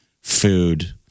food